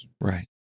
Right